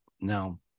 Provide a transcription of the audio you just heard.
Now